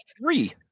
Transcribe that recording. three